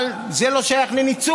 אבל, זה לא שייך לניצול.